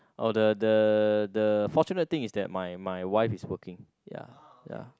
oh the the the fortunate thing is that my my wife is working ya ya